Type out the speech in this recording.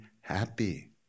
happy